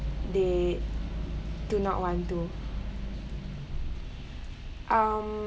they do not want to um